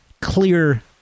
clear